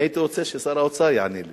אני הייתי רוצה שיענה לי